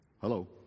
Hello